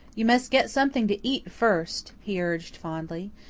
you must get something to eat first, he urged fondly.